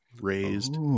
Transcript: raised